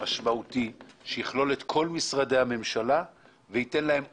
משמעותי ומהותי שיכלול את כל משרדי הממשלה וייתן להם אופק.